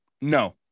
No